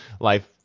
life